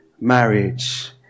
marriage